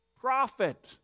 prophet